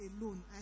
alone